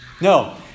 No